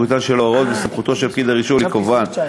בחוקיותן של ההוראות ובסמכותו של פקיד הרישוי לקובען.